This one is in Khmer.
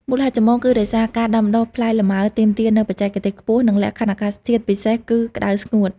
មូលហេតុចម្បង គឺដោយសារការដាំដុះផ្លែលម៉ើទាមទារនូវបច្ចេកទេសខ្ពស់ និងលក្ខខណ្ឌអាកាសធាតុពិសេសគឺ ក្តៅស្ងួត។